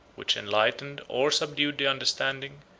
which enlightened or subdued the understanding,